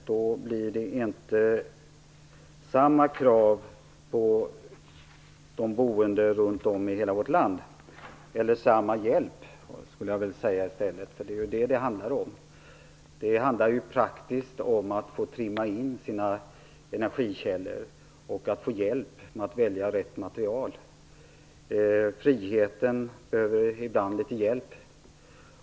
Då blir det inte samma krav på de boende runt om i hela vårt land. Samma hjälp skulle jag väl säga i stället. Det är ju vad det handlar om. Det handlar praktiskt om att få trimma in sina energikällor och att få hjälp med att välja rätt material. Friheten behöver ibland litet hjälp.